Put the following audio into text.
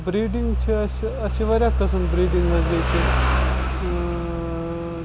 breeding چھِ اَسہِ اَسہِ چھِ واریاہ قٕسٕم بریٖڈِنٛگ نَزدیٖکی